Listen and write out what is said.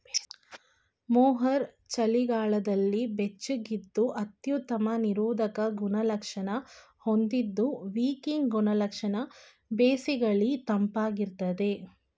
mohair ಚಳಿಗಾಲದಲ್ಲಿ ಬೆಚ್ಚಗಿದ್ದು ಅತ್ಯುತ್ತಮ ನಿರೋಧಕ ಗುಣಲಕ್ಷಣ ಹೊಂದಿದ್ದು ವಿಕಿಂಗ್ ಗುಣಲಕ್ಷಣ ಬೇಸಿಗೆಲಿ ತಂಪಾಗಿರ್ತದೆ